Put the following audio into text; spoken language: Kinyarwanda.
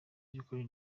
by’ukuri